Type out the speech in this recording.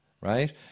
right